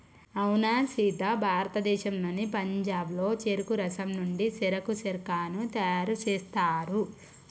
అవునా సీత భారతదేశంలోని పంజాబ్లో చెరుకు రసం నుండి సెరకు సిర్కాను తయారు సేస్తారు